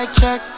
check